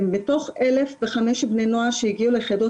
מתוך 1,005 בני נוער שהגיעו ליחידות